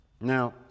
Now